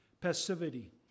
passivity